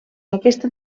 aquesta